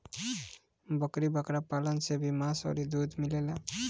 बकरी बकरा पालन से भी मांस अउरी दूध मिलेला